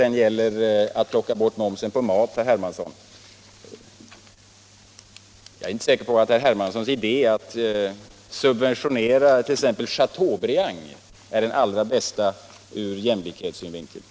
Och vad gäller att plocka bort momsen på mat, herr Hermansson, är jag inte säker på att herr Hermanssons idé om att subventionera t.ex. chateaubrind är det allra bästa ur jämlikhetssynvinkel.